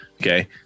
Okay